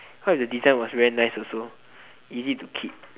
heard the design was very nice also easy to keep